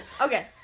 Okay